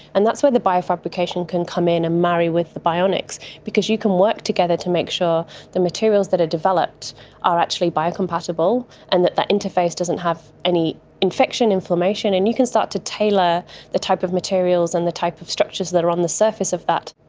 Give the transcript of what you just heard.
and that's where the biofabrication can come in and marry with the bionics because you can work together to make sure the materials that are developed are actually biocompatible and that that interface doesn't have any infection, inflammation, and you can start to tailor the type of materials and the type of structures that are on the surface of that.